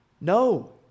no